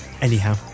Anyhow